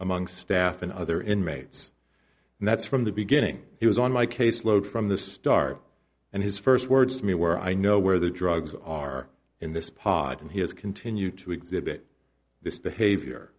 among staff and other inmates and that's from the beginning he was on my caseload from the start and his first words to me were i know where the drugs are in this pod and he has continued to exhibit this behavior